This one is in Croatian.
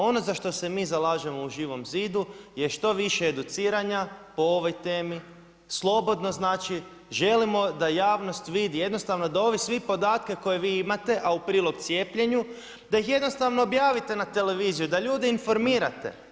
Ono za što se mi zalažemo u Živom zidu je što više educiranja po ovoj temi, slobodno znači želimo da javnost vidi, jednostavno da ove sve podatke koje vi imate, a u prilog cijepljenju da ih jednostavno objavite na televiziji da ljude informirane.